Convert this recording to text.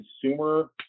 consumer